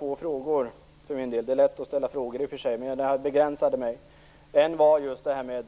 Det är i och för sig lätt att ställa frågor, men jag begränsade mig. Den ena gällde